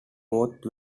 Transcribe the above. both